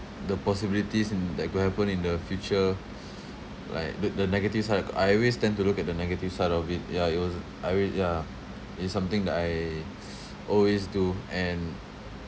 the possibilities in that could happen in the future like the the negative side I always tend to look at the negative side of it ya it was I mean yeah it's something that I always do and